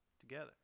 Together